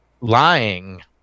lying